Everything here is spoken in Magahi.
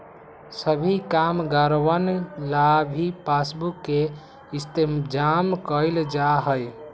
सभी कामगारवन ला भी पासबुक के इन्तेजाम कइल जा हई